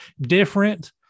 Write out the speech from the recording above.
different